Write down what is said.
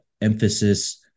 emphasis